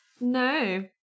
no